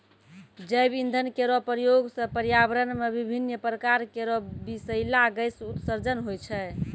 जैव इंधन केरो प्रयोग सँ पर्यावरण म विभिन्न प्रकार केरो बिसैला गैस उत्सर्जन होय छै